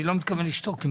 אני לא מתכוון לשתוק.